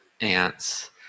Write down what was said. ants